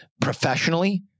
professionally